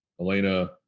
Elena